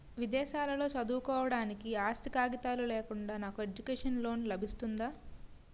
విదేశాలలో చదువుకోవడానికి ఆస్తి కాగితాలు లేకుండా నాకు ఎడ్యుకేషన్ లోన్ లబిస్తుందా?